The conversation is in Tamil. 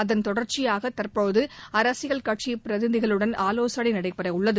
அதன் தொடர்ச்சியாக தற்போது அரசியல் கட்சிப் பிரதிநிதிகளுடன் ஆவோசனை நடைபெறவுள்ளது